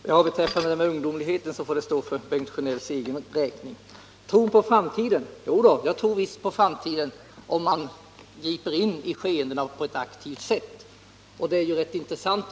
Herr talman! Det som Bengt Sjönell sade om min ungdomlighet får stå för hans egen räkning. Jag tror visst på framtiden, om man griper in i skeendena på ett aktivt sätt.